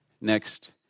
next